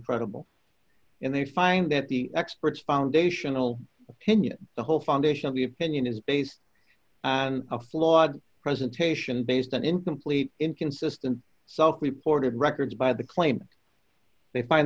credible and they find that the experts foundational opinion the whole foundation of the opinion is based and a flawed presentation based on incomplete inconsistent so reported records by the claim they find